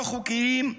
לא חוקיים,